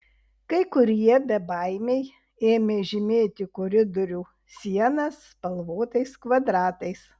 kai kurie bebaimiai ėmė žymėti koridorių sienas spalvotais kvadratais